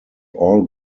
all